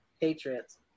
Patriots